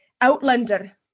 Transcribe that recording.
Outlander